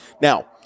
Now